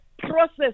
process